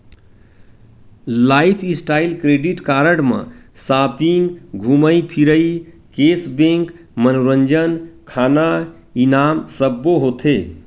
lifestyle credit card म shopping, धूमई फिरई, केस बेंक, मनोरंजन, खाना, इनाम सब्बो होथे